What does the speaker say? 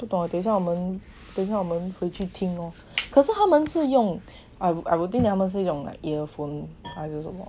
等下我们等下我们回去听 lor 可是他们是用 I don't think that 他们是用 like earphone 还是什么